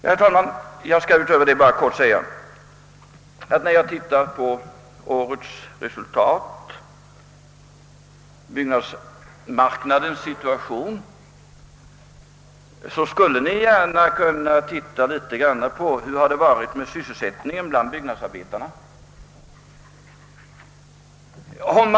När ni bedömer situationen på byggnadsmarknaden i dag, bör ni också ta hänsyn till sysselsättningen för byggnadsarbetarna.